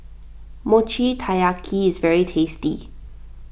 Mochi Taiyaki is very tasty